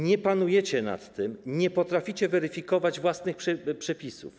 Nie panujecie nad tym, nie potraficie weryfikować własnych przepisów.